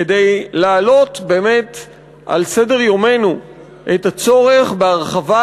כדי להעלות על סדר-יומנו את הצורך בהרחבת